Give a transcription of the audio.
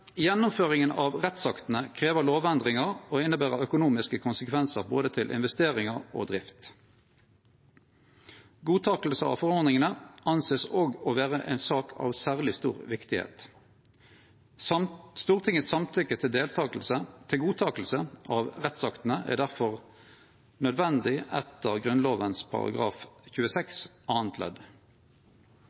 Gjennomføringa av rettsaktene krev lovendringar og inneber økonomiske konsekvensar både for investeringar og drift. Godtaking av forordningane vert også vurdert å vere ei sak av særleg stor viktigheit. Stortingets samtykke til godtaking av rettsaktene er difor nødvendig etter Grunnloven § 26